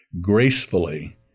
gracefully